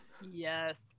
Yes